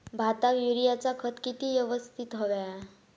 भाताक युरियाचा खत किती यवस्तित हव्या?